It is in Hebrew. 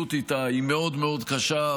ההתמודדות איתה היא מאוד מאוד קשה,